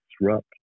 disrupt